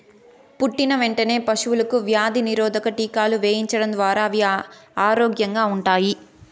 పుట్టిన వెంటనే పశువులకు వ్యాధి నిరోధక టీకాలు వేయించడం ద్వారా అవి ఆరోగ్యంగా ఉంటాయి